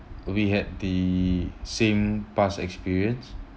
we had the same past experience